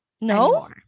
No